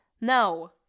No